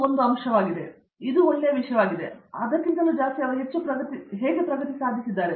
ಅರಂದಾಮ ಸಿಂಗ್ ಇದು ಒಂದು ಒಳ್ಳೆಯ ವಿಷಯವಾಗಿದೆ ಅಥವಾ ಅದಕ್ಕಿಂತ ಅವರು ಎಷ್ಟು ಪ್ರಗತಿ ಸಾಧಿಸಿದ್ದಾರೆ